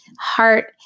heart